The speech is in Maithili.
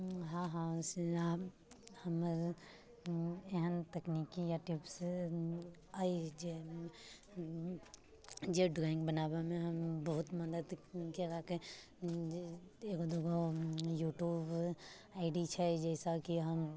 हँ हँ से हमर एहन तकनीकी यऽ टिप्स अइ जे जे ड्रॉइङ्ग बनाबऽ मे हँ बहुत मदद कयलक अइ जे एगो दुगो यू ट्यूब आइ डी छै जाहिसँ कि हम